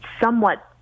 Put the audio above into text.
somewhat